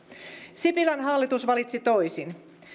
sipilän hallitus valitsi toisin